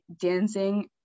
dancing